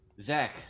Zach